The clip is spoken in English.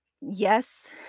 yes